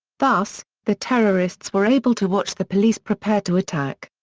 thus, the terrorists were able to watch the police prepare to attack.